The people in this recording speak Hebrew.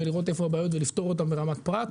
ולראות איפה הבעיות ולפתור אותם ברמת פרט.